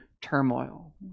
turmoil